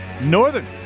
Northern